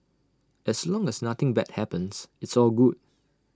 as long as nothing bad happens it's all good